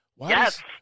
Yes